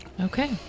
Okay